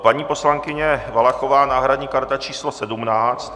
Paní poslankyně Valachová náhradní karta číslo 17.